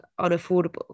unaffordable